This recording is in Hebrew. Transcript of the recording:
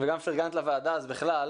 וגם פרגנת לוועדה, אז בכלל,